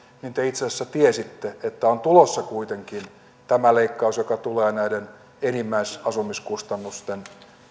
niin te itse asiassa tiesitte että on tulossa kuitenkin tämä leikkaus joka tulee näiden enimmäisasumiskustannusten